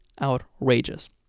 outrageous